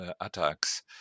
attacks